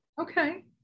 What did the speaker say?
Okay